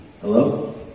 Hello